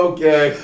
Okay